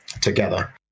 together